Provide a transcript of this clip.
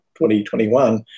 2021